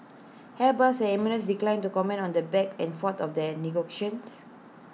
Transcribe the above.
airbus and emirates declined to comment on the back and forth of the an negotiations